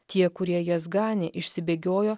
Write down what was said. tie kurie jas ganė išsibėgiojo